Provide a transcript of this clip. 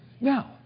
Now